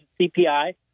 CPI